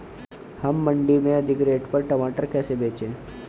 हम मंडी में अधिक रेट पर टमाटर कैसे बेचें?